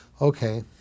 Okay